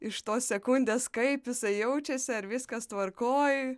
iš tos sekundės kaip jisai jaučiasi ar viskas tvarkoj